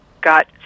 got